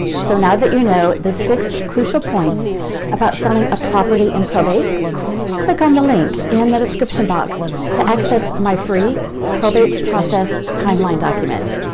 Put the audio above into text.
so, now that you know the six crucial points about selling a property in probate click on the link in the description box to access my free probate process timeline document.